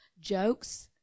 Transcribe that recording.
jokes